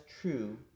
true